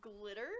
glitter